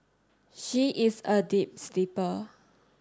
she is a deep sleeper